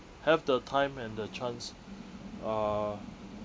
have the time and the chance uh